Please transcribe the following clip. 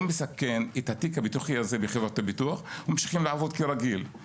מסכן את התיק הביטוחי הזה בחברות הביטוח ממשיכים לעבוד כרגיל.